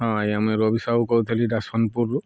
ହଁ ଏଇ ଆମେ ରବି ସାହୁ କହୁଥିଲି ସୋନପୁରରୁ